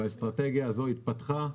האסטרטגיה הזאת התפתחה.